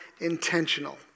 intentional